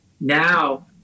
Now